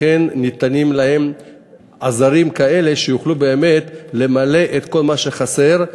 לכן ניתנים להם עזרים כאלה שיוכלו באמת למלא את כל מה שחסר.